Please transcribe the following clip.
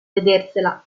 vedersela